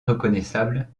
reconnaissable